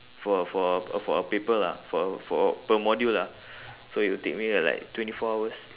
for a for a uh for a paper lah for a for a per module lah so it will take me like twenty four hours